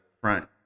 front